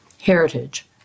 heritage